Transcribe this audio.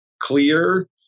clear